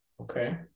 Okay